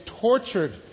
tortured